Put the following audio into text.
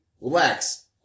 relax